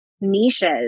niches